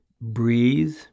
breathe